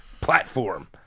platform